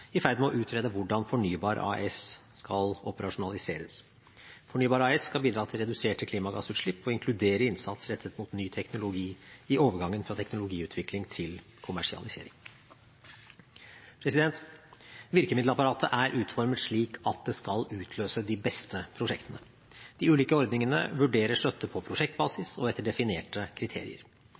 i ferd med å utrede hvordan Fornybar AS skal operasjonaliseres. Fornybar AS skal bidra til reduserte klimagassutslipp og inkludere innsats rettet mot ny teknologi i overgangen fra teknologiutvikling til kommersialisering. Virkemiddelapparatet er utformet slik at det skal utløse de beste prosjektene. De ulike ordningene vurderer støtte på prosjektbasis og etter definerte kriterier.